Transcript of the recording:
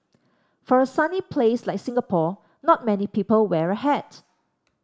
for a sunny place like Singapore not many people wear a hat